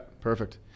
perfect